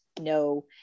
no